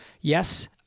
yes